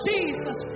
Jesus